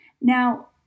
Now